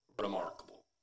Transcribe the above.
remarkable